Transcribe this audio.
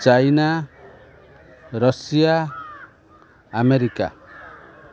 China Russia America